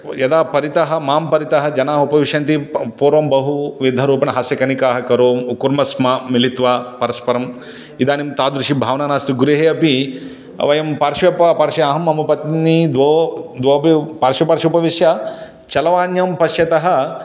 यदा परितः मां परितः जनाः उपविशन्ति प पूर्वं बहुविधरूपेण हास्यकनिकाः करो कुर्म स्म मिलित्वा परस्परम् इदानीं तादृशी भावना भावना नास्ति गृहे अपि वयं पार्श्वे पार्श्वे अहं मम पत्नी द्वो द्वावपि पार्श्वेपार्श्वे उपविश्य चलवाण्यां पश्यतः